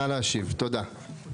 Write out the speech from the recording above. נא להשיב, תודה.